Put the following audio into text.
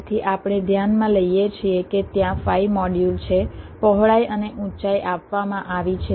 તેથી આપણે ધ્યાનમાં લઈએ છીએ કે ત્યાં 5 મોડ્યુલ છે પહોળાઈ અને ઊંચાઈ આપવામાં આવી છે